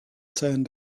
turned